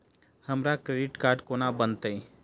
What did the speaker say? हमरा credit card कोना बनतै?